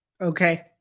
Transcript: Okay